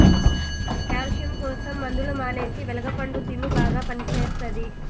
calcium కోసం మందులు మానేసి వెలగ పండు తిను బాగా పనిచేస్తది